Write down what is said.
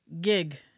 gig